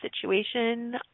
situation